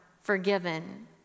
forgiven